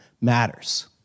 matters